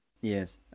Yes